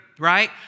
right